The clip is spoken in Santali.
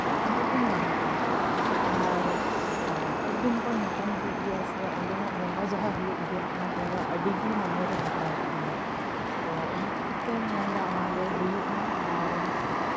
ᱩᱱᱠᱩ ᱠᱩᱧ ᱧᱟᱢ ᱠᱚᱣᱟ ᱟᱨ ᱟᱹᱰᱤᱫᱤᱱ ᱯᱚᱨ ᱧᱟᱯᱟᱢ ᱦᱩᱭᱩᱜ ᱜᱮᱭᱟ ᱥᱮ ᱚᱸᱰᱮᱱᱟᱜ ᱵᱚᱸᱜᱟ ᱡᱟᱦᱟᱸ ᱦᱩᱭᱩᱜ ᱜᱮᱭᱟ ᱚᱱᱟ ᱵᱚᱸᱜᱟ ᱟᱹᱰᱤᱜᱮ ᱢᱚᱱᱮᱨᱮ ᱞᱟᱜᱟᱣ ᱠᱟᱫᱤᱧᱟ ᱛᱳ ᱚᱱᱟ ᱠᱷᱟᱹᱛᱤᱨ ᱛᱮ ᱢᱮᱱᱫᱟ ᱚᱱᱟ ᱫᱚ ᱦᱩᱭᱩᱜ ᱢᱟ ᱟᱨ